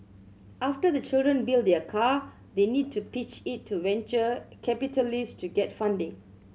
after the children build their car they need to pitch it to venture capitalist to get funding